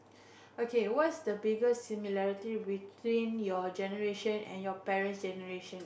okay what's the biggest similarity between your generation and your parents generation